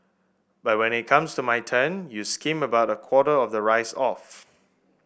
but when it comes to my turn you skim about a quarter of the rice off